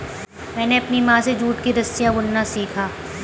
मैंने अपनी माँ से जूट की रस्सियाँ बुनना सीखा